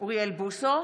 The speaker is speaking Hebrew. אוריאל בוסו,